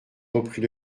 reprit